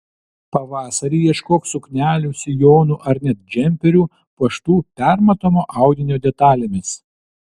pavasarį ieškok suknelių sijonų ar net džemperių puoštų permatomo audinio detalėmis